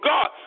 God